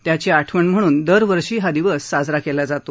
त्याची आठवण म्हणून दरवर्षी हा दिवस साजरा केला जातो